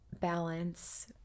balance